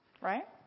right